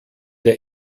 der